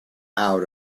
out